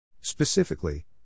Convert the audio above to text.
Specifically